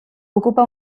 ocupa